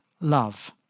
love